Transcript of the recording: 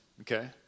Okay